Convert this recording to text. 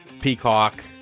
Peacock